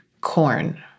corn